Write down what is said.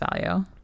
value